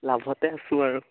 লাভতে আছোঁ আৰু